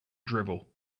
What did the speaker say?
drivel